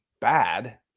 bad